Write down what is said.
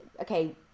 okay